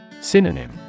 Synonym